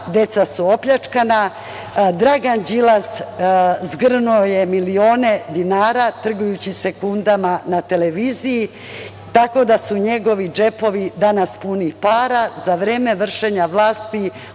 deca su opljačkana. Dragan Đilas zgrnuo je milione dinara trgujući sekundama na televiziji, tako da su njegovi džepovi danas puni para. Za vreme vršenja vlasti